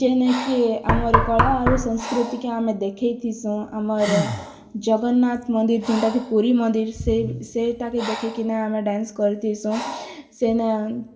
ଯେ ନାଇଁ କିଏ ଆମର କଳା ଆଉ ସଂସ୍କୃତିକୁ ଆମେ ଦେଇଥିସୁଁ ଆମର୍ ଜଗନ୍ନାଥ ମନ୍ଦିର୍ ଯେନ୍ତା କି ପୁରୀ ମନ୍ଦିର୍ ସେ ସେଇଟାକେ ଦେଖି କିନା ଆମେ ଡ୍ୟାନ୍ସ୍ କରି ଥିସୁଁ ସେ ନା